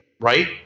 Right